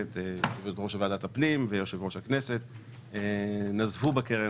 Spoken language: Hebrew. יושב ראש ועדת הפנים ויושב-ראש הכנסת נזפו בקרן